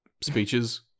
speeches